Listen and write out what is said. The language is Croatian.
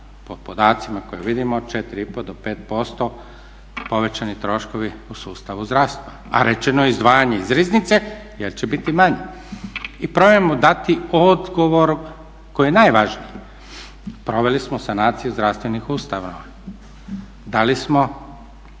po podacima koje vidimo 4,5 do 5% povećani troškovi u sustavu zdravstva a rečeno je izdvajanje iz riznice jer će biti manje. I probajmo dati odgovor koji je najvažniji, proveli smo sanaciju zdravstvenih ustanova, da li smo